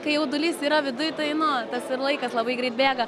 kai jaudulys yra viduj tai nu tas ir laikas labai greit bėga